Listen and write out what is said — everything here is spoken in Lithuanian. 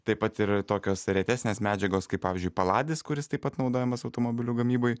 taip pat ir tokios retesnės medžiagos kaip pavyzdžiui paladis kuris taip pat naudojamas automobilių gamybai